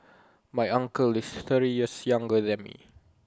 my uncle is thirty years younger than me